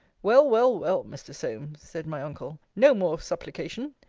well, well, well, mr. solmes, said my uncle, no more of supplication.